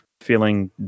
feeling